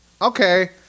Okay